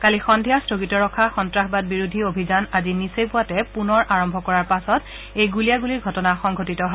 কালি সদ্ধিয়া স্থগিত ৰখা সন্তাসবাদী বিৰোধী অভিযান আজি নিচেই পুৱাতে পুনৰ আৰম্ভ কৰাৰ পাছত এই গুলীয়াগুলিৰ ঘটনা সংঘটিত হয়